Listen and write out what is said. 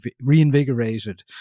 reinvigorated